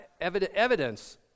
evidence